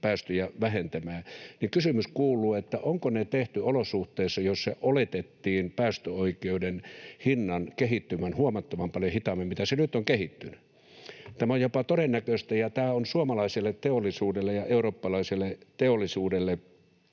päästöjä vähentämään... Kysymys kuuluu: onko ne tehty olosuhteissa, joissa oletettiin päästöoikeuden hinnan kehittyvän huomattavan paljon hitaammin kuin se nyt on kehittynyt? Tämä on jopa todennäköistä, ja tämä on suomalaiselle ja eurooppalaiselle teollisuudelle